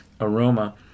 aroma